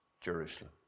Jerusalem